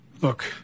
Look